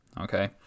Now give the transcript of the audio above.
Okay